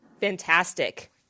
Fantastic